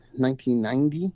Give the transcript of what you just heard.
1990